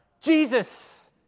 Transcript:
Jesus